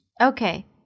Okay